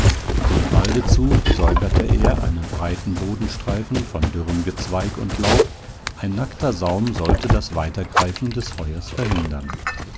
dem walde zu säuberte er einen breiten bodenstreifen von dürrem gezweig und laub ein nackter saum sollte das weitergreifen des feuers verhindern